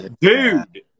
Dude